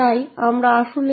তাই আমাদের এটা করতে হবে